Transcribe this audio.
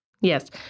yes